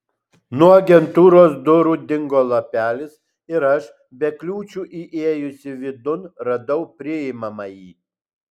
nuo agentūros durų dingo lapelis ir aš be kliūčių įėjusi vidun radau priimamąjį